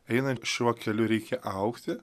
einant šiuo keliu reikia augti